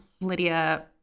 Lydia